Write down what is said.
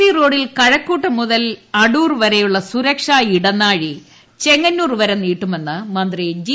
E റോഡിൽ കഴക്കൂട്ടം മുതൽ അടൂർ വരെയുള്ള സുരക്ഷാ ഇടനാഴി ചെങ്ങന്നൂർ വരെ നീട്ടുമെന്ന് മന്ത്രി ജി